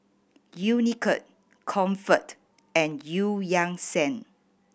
Unicurd Comfort and Eu Yan Sang